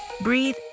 breathe